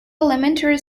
elementary